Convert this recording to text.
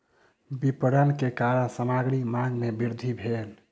विपरण के कारण सामग्री मांग में वृद्धि भेल